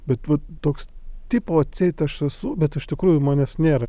bet toks tipo atseit aš esu bet iš tikrųjų manęs nėra